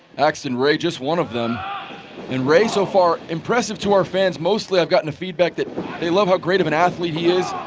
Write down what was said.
axton ray just one of them and ray so far impressive to our fans, mostly ive gotten feedback that they love how great of an athlete he is.